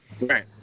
Right